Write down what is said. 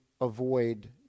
avoid